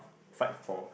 fight for